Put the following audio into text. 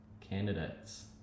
candidates